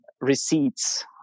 receipts